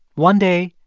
one day,